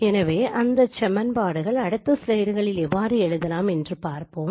எனவே அந்தச் சமன்பாடுகளை அடுத்த ஸ்லைடுகளில் எவ்வாறு எழுதலாம் என்று பார்ப்போம்